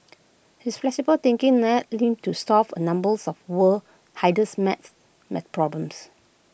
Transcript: his flexible thinking led him to solve A numbers of world's hardest math math problems